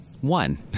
One